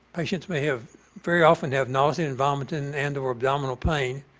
patients may have very often have nausea and vomiting and or abdominal pain,